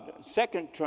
second